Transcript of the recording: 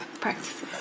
practices